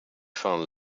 van